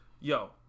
Yo